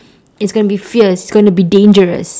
it's gonna be fierce it's gonna be dangerous